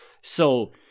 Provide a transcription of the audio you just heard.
So-